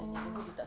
oh